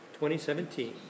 2017